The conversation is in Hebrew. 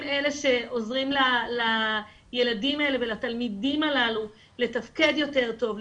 הם אלה שעוזרים לילדים האלה ולתלמידים הללו לתפקד יותר טוב,